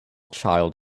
child